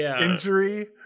injury